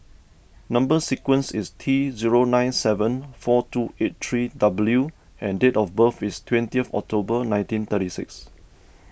Number Sequence is T zero nine seven four two eight three W and date of birth is twenty of October nineteen thirty six